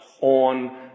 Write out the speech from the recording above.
on